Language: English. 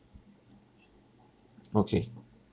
okay